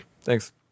Thanks